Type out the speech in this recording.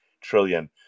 trillion